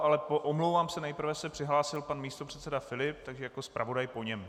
Ale omlouvám se, nejprve se přihlásil pan místopředseda Filip, takže jako zpravodaj po něm.